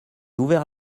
ouvert